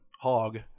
hog